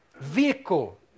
vehicle